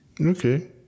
Okay